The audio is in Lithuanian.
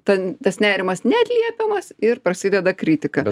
ta tas nerimas neatliepiamas ir prasideda kritika vertimus